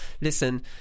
listen